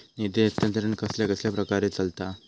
निधी हस्तांतरण कसल्या कसल्या प्रकारे चलता?